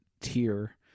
tier